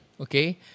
okay